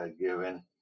given